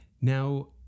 Now